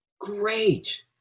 Great